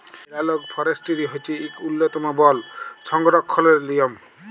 এলালগ forestry হছে ইক উল্ল্যতম বল সংরখ্খলের লিয়ম